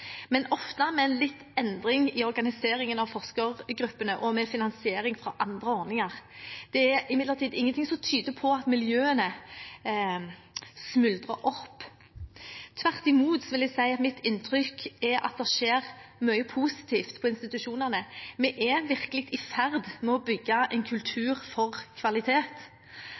men ofte med litt endring i organiseringen av forskergruppene og med finansiering fra andre ordninger. Det er imidlertid ingenting som tyder på at miljøene smuldrer opp. Tvert imot vil jeg si at mitt inntrykk er at det skjer mye positivt på institusjonene. Vi er virkelig i ferd med å bygge en kultur for kvalitet.